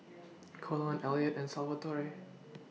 Colon Elliot and Salvatore